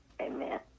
Amen